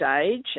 stage